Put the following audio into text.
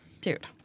Dude